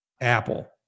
Apple